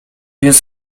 więc